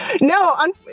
No